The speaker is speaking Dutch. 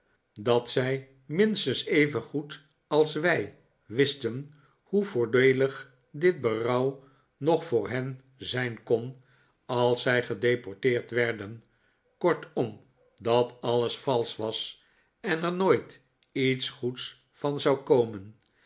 dat zij minstens evengoed als wij wisten hoe voordeelig dit berouw nog voor hen zijn kon als zij gedeporteerd werden kortom dat alles valsch was en er nooit iets goeds van zou komen